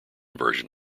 version